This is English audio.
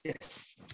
Yes